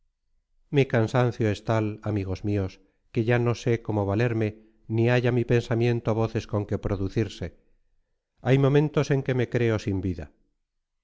mi cansancio es tal amigos míos que ya no sé cómo valerme ni halla mi pensamiento voces con que producirse hay momentos en que me creo sin vida